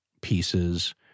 pieces